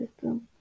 system